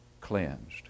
cleansed